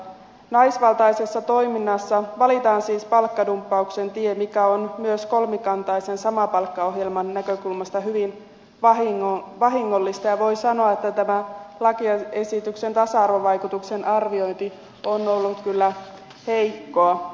naisvaltaisessa toiminnassa valitaan siis palkkadumppauksen tie mikä on myös kolmikantaisen samapalkkaohjelman näkökulmasta hyvin vahingollista ja voi sanoa että tämä lakiesityksen tasa arvovaikutuksen arviointi on ollut kyllä heikkoa